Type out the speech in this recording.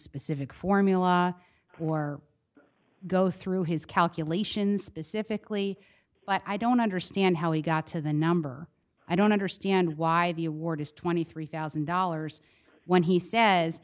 specific formula or go through his calculations specifically but i don't understand how he got to the number i don't understand why the award is twenty three thousand dollars when he says